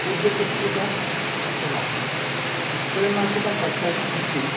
पूर्वपत्रिका एवं त्रयमासिकपत्रकम् अस्ति